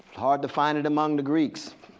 hard to find it among the greeks.